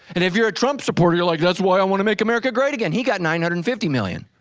and if you're a trump supporter, you're like, that's why i wanna make america great again, he got nine hundred and fifty million.